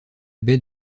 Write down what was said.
baie